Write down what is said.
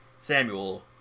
Samuel